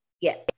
Yes